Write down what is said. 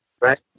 right